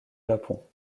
japon